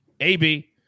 ab